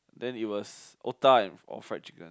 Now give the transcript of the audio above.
then it was otah and or fried chicken